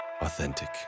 Authentic